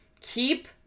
keep